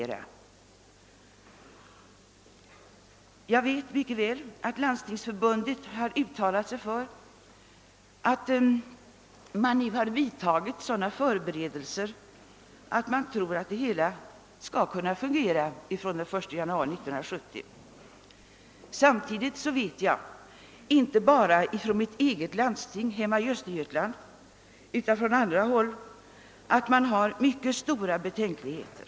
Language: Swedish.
Jag vet mycket väl att Landstingsförbundet har uttalat att sådana förberedelser har vidtagits, att systemet skall kunna fungera från den 1 januari 1970. Men samtidigt vet jag, inte bara från mitt eget landsting hemma i Östergötland, utan även från andra håll, att det förekommer allvarliga betänkligheter.